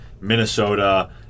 Minnesota